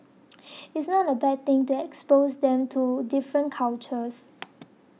it's not a bad thing to expose them to different cultures